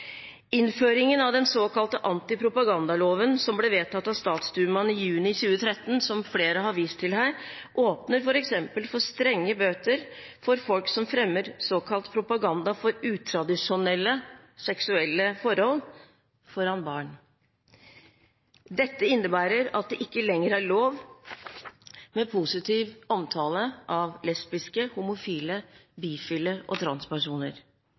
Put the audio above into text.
Innføringen av den såkalte antipropagandaloven som ble vedtatt av statsdumaen i juni 2013, som flere har vist til her, åpner f.eks. for strenge bøter for folk som fremmer såkalt «propaganda for utradisjonelle seksuelle forhold» foran barn. Dette innebærer at det ikke lenger er lov med positiv omtale av lesbiske, homofile, bifile og transpersoner.